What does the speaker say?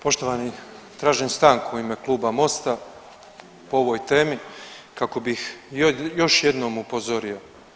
Poštovani tražim stanku u ime Kluba MOST-a po ovoj temi kako bih još jednom upozorio.